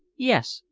yes.